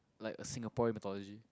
like a Singapore mythology